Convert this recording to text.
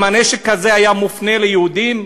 אם הנשק הזה היה מופנה ליהודים,